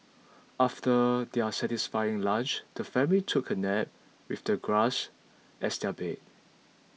after their satisfying lunch the family took a nap with the grass as their bed